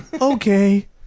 Okay